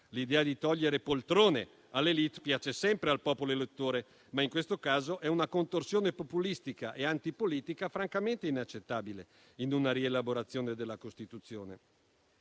L'idea di togliere poltrone all'*élite* piace sempre al popolo elettore, ma, in questo caso, è una contorsione populistica e antipolitica francamente inaccettabile in una rielaborazione della Costituzione.